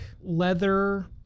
leather